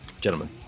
gentlemen